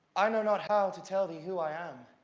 i know not how to tell thee who i am